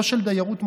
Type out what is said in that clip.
לא של דיירות מוגנת,